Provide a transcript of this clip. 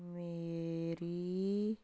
ਮੇਰੀ